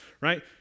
right